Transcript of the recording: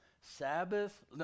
Sabbath